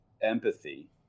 empathy